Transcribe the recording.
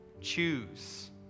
choose